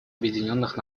объединенных